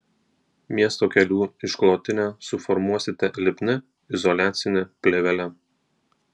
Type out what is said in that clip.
miesto kelių išklotinę suformuosite lipnia izoliacine plėvele